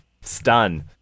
stun